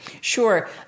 Sure